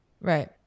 right